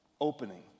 opening